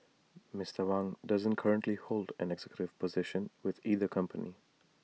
Mister Wang doesn't currently hold an executive position with either company